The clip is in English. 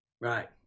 right